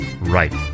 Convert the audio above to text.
right